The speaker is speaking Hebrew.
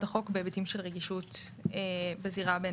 החוק בהיבטים של רגישות בזירה הבין-לאומית.